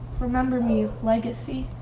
remember me, legacy